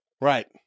Right